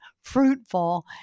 fruitful